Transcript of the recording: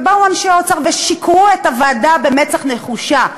ובאו אנשי האוצר ושיקרו לוועדה במצח נחושה.